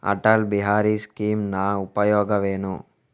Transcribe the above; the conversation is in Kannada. ಅಟಲ್ ಬಿಹಾರಿ ಸ್ಕೀಮಿನ ಉಪಯೋಗವೇನು?